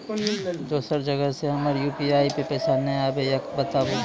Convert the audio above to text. दोसर जगह से हमर यु.पी.आई पे पैसा नैय आबे या बताबू?